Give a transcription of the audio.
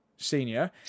senior